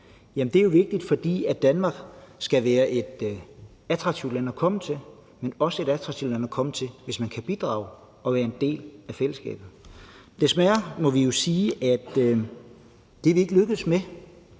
Jamen det er jo vigtigt, fordi Danmark skal være et attraktivt land at komme til, men også et attraktivt land at komme til, hvis man kan bidrage og være en del af fællesskabet. Desværre må vi jo sige, at det er vi ikke lykkedes med.